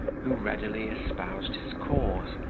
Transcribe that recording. who readily espoused his cause,